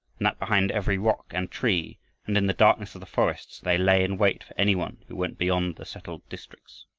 and that behind every rock and tree and in the darkness of the forests they lay in wait for any one who went beyond the settled districts?